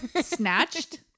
snatched